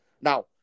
Now